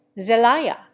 Zelaya